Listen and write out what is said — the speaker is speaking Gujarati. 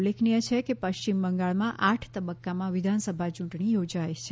ઉલ્લેખનીય છે કે પશ્ચિમ બંગાળમાં આઠ તબક્કામાં વિધાનસભા ચૂંટણી યોજાઇ રહી છે